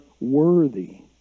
worthy